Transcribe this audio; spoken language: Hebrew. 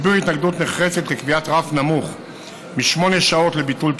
הביעו התנגדות נחרצת לקביעת רף נמוך משמונה שעות לביטול טיסה,